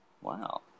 Wow